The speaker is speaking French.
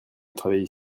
travailler